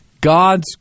God's